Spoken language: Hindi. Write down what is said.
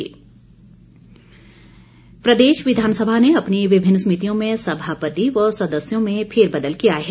विधानसभा प्रदेश विधानसभा ने अपनी विभिन्न समितियों में सभापति व सदस्यों में फेरबदल किया है